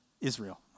Israel